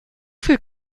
viel